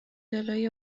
جلوی